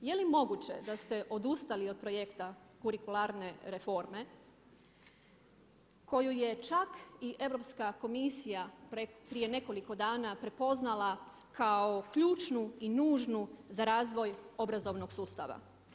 Je li moguće da ste odustali od projekta kurikularne reforme koju je čak i Europska komisija prije nekoliko dana prepoznala kao ključnu i nužnu za razvoj obrazovnog sustava?